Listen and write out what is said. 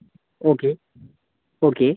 okay okay